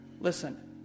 Listen